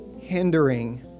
hindering